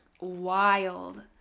wild